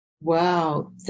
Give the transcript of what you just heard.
Wow